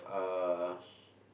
uh